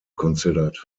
considered